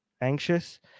anxious